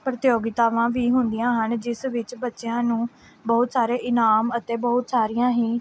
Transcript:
ਪ੍ਰਤਿਯੋਗਤਾਵਾਂ ਵੀ ਹੁੰਦੀਆਂ ਹਨ ਜਿਸ ਵਿੱਚ ਬੱਚਿਆਂ ਨੂੰ ਬਹੁਤ ਸਾਰੇ ਇਨਾਮ ਅਤੇ ਬਹੁਤ ਸਾਰੀਆਂ ਹੀ